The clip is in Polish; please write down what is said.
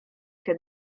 się